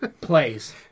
plays